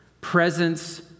presence